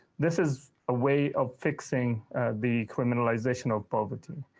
this is a way of fixing the criminalization of poverty.